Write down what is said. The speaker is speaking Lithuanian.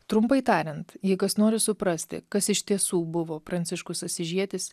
trumpai tariant jeigu kas nori suprasti kas iš tiesų buvo pranciškus asyžietis